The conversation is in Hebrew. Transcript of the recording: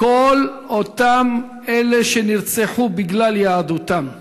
כל אותם אלה שנרצחו בגלל יהדותם,